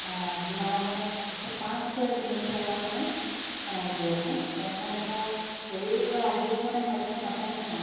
অঁ তোমাৰ মানে এ পাঁচ ছয় কিলোমিটাৰমান মানে এওঁ দূৰত হয় তেওঁক মানে ধৰা ক'লেও ধৰা আহিও মানে হঠাতে নাপায়হি ন'